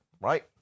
Right